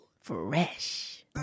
fresh